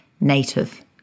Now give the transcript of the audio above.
native